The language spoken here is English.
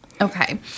Okay